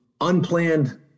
unplanned